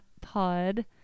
Pod